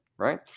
right